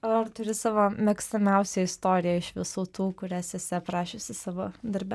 ar turi savo mėgstamiausią istoriją iš visų tų kurias esi aprašiusi savo darbe